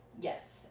yes